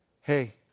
hey